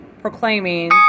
proclaiming